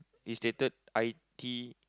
it stated I_T_E